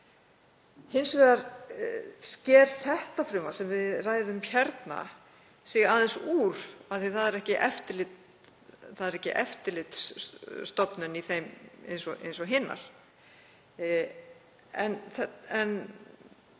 Hins vegar sker þetta frumvarp sem við ræðum hérna sig aðeins úr af því það er ekki eftirlitsstofnun í því eins og hinum.